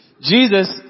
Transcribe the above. Jesus